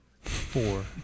four